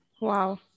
Wow